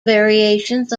variations